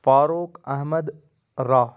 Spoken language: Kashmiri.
فاروق احمد راہ